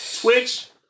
Twitch